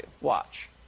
Watch